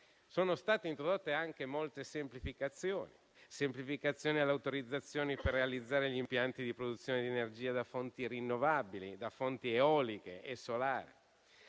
Sono state introdotte anche molte semplificazioni: semplificazioni alle autorizzazioni per realizzare gli impianti di produzione di energia da fonti rinnovabili, eoliche e solari;